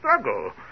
struggle